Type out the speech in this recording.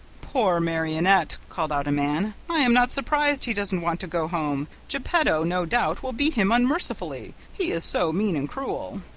poor marionette, called out a man. i am not surprised he doesn't want to go home. geppetto, no doubt, will beat him unmercifully, he is so mean and cruel!